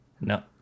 No